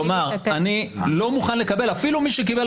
אני לא רוצה להיכנס